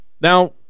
Now